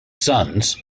sons